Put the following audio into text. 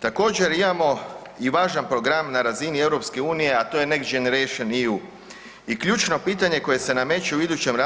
Također imamo i važan program na razini EU, a to je „Next Generation EU“ i ključno pitanje koje se nameće u idućem